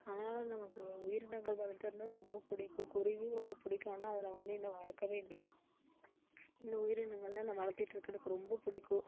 அதனால் நமக்கும் உயிரினங்கள் வளர்க்குறது ரொம்ப பிடிக்கும் குருவியும் ரொம்ப பிடிக்கும் ஆனால் அதை வந்து நான் இன்னும் வளர்க்கவே இல்லை இந்த உயிரினங்கள்லாம் நான் வளர்த்திட்டு இருக்க எனக்கு ரொம்ப பிடிக்கும்